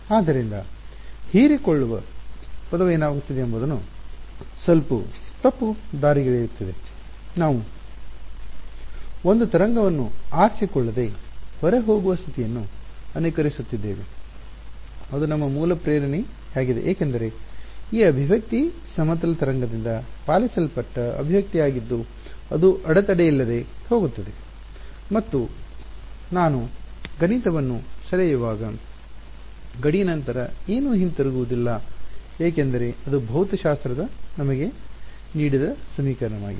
ಆದ್ದರಿಂದ ಹೀರಿಕೊಳ್ಳುವ ಪದವು ಏನಾಗುತ್ತಿದೆ ಎಂಬುದನ್ನು ಸ್ವಲ್ಪ ತಪ್ಪುದಾರಿಗೆಳೆಯುತ್ತಿದೆ ನಾವು ಒಂದು ತರಂಗವನ್ನು ಆರಿಸಿಕೊಳ್ಳದೆ ಹೊರಹೋಗುವ ಸ್ಥಿತಿಯನ್ನು ಅನುಕರಿಸುತ್ತಿದ್ದೇವೆ ಅದು ನಮ್ಮ ಮೂಲ ಪ್ರೇರಣೆಯಾಗಿದೆ ಏಕೆಂದರೆ ಈ ಅಭಿವ್ಯಕ್ತಿ ಸಮತಲ ತರಂಗದಿಂದ ಪಾಲಿಸಲ್ಪಟ್ಟ ಅಭಿವ್ಯಕ್ತಿಯಾಗಿದ್ದು ಅದು ಅಡೆತಡೆಯಿಲ್ಲದೆ ಹೋಗುತ್ತದೆ ಮತ್ತು ನಾನು ಗಣಿತವನ್ನು ಸೆಳೆಯುವಾಗ ಗಡಿ ನಂತರ ಏನೂ ಹಿಂತಿರುಗುವುದಿಲ್ಲ ಏಕೆಂದರೆ ಅದು ಭೌತಶಾಸ್ತ್ರವು ನನಗೆ ನೀಡಿದ ಸಮೀಕರಣವಾಗಿದೆ